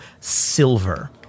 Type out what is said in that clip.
silver